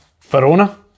Verona